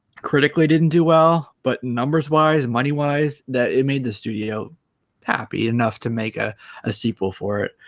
critically didn't do well but numbers wise money-wise that it made the studio happy enough to make a ah sequel for